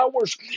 hours